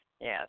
yes